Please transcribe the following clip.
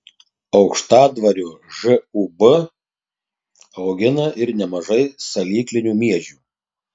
aukštadvario žūb augina ir nemažai salyklinių miežių